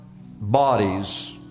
bodies